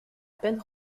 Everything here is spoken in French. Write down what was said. peine